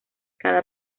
cada